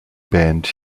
band